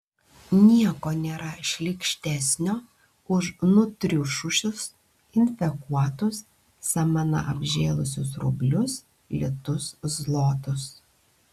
nieko nėra šlykštesnio už nutriušusius infekuotus samana apžėlusius rublius litus zlotus